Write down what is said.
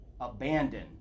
abandon